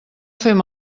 fem